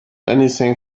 anything